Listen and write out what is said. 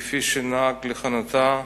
כפי שנהג לכנותה,